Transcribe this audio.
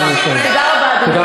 תודה רבה, אדוני היושב-ראש.